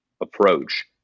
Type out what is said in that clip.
approach